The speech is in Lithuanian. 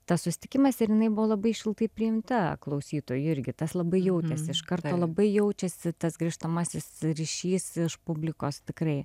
tas susitikimas ir jinai buvo labai šiltai priimta klausytojų irgi tas labai jautėsi iš karto labai jaučiasi tas grįžtamasis ryšys iš publikos tikrai